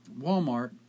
Walmart